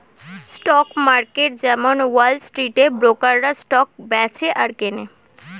stock market যেমন wall স্ট্রিটে ব্রোকাররা স্টক বেচে আর কেনে